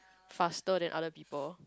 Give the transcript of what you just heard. faster than other people